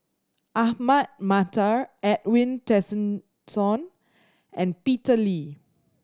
Ahmad Mattar Edwin Tessensohn and Peter Lee